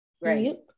Right